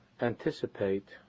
anticipate